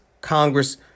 Congress